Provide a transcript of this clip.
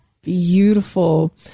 beautiful